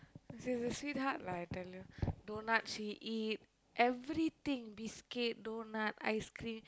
she is a sweet heart lah I tell you doughnut she eat everything biscuit doughnut ice cream